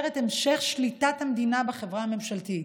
את המשך שליטת המדינה בחברה הממשלתית,